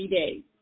days